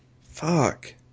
fuck